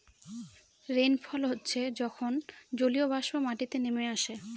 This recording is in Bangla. রেইনফল হচ্ছে যখন জলীয়বাষ্প মাটিতে নেমে আসে